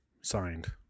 signed